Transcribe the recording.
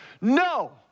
No